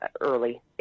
early